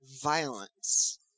violence